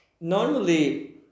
normally